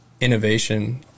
innovation